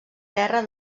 guerra